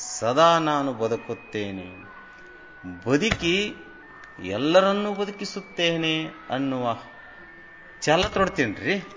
ಸದಾ ನಾನು ಬದುಕುತ್ತೇನೆ ಬದುಕಿ ಎಲ್ಲರನ್ನೂ ಬದುಕಿಸುತ್ತೇನೆ ಅನ್ನುವ ಛಲ ತೊಡ್ತೇನೆ ರೀ